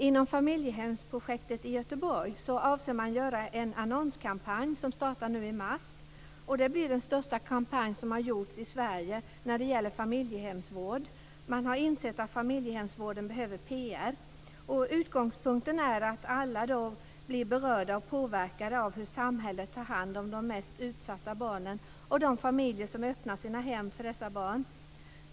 Inom familjehemsprojektet i Göteborg avser man att göra en annonskampanj som startar nu i mars. Det blir den största kampanj som har genomförts i Sverige när det gäller familjehemsvård. Man har insett att familjehemsvården behöver PR. Utgångspunkten är att alla då blir berörda och påverkade av hur samhället tar hand om de mest utsatta barnen och de familjer som öppnar sina hem för dessa barn.